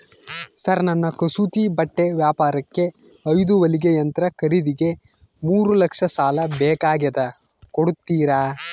Sir ನನ್ನ ಕಸೂತಿ ಬಟ್ಟೆ ವ್ಯಾಪಾರಕ್ಕೆ ಐದು ಹೊಲಿಗೆ ಯಂತ್ರ ಖರೇದಿಗೆ ಮೂರು ಲಕ್ಷ ಸಾಲ ಬೇಕಾಗ್ಯದ ಕೊಡುತ್ತೇರಾ?